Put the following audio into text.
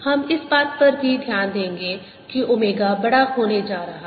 हम इस बात पर भी ध्यान देंगे कि ओमेगा बड़ा होने जा रहा है